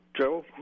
Joe